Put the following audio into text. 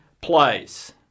place